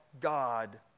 God